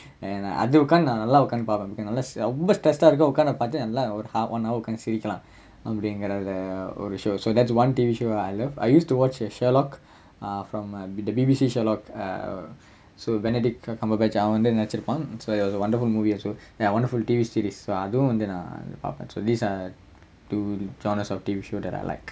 and அத உக்காந்து நா நல்லா உக்காந்து பாப்பேன்:atha ukkaanthu naa nallaa ukkaanthu pappaen because நல்லா ரொம்ப:nallaa romba stress ah இருக்கும் உக்காந்து நா பாத்து நல்லா ஒரு:irukkum ukkaanthu naa patthu nallaa oru half one hour உக்காந்து சிரிக்கலாம் அப்படிங்குற அந்த ஒரு:ukkaanthu sirikkalaam appadingura antha oru show that's one T_V show I love I used to watch err sherlock err from the err B_B_C sherlock err so benedict cumberbatch அவன் நினைச்சு இருப்பான்:avan ninaichu iruppaan so it was a wonderful movie also ya wonderful T_V series அதுவும் வந்து நா பாப்பேன்:athuvum vanthu naa paappaen so these are the two movie genres that I like